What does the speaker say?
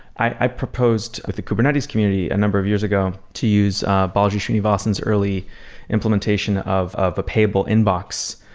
i proposed with the kubernetes community a number of years ago to use ah balaji srinivasan's early implementation of of a payable inbox,